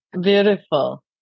Beautiful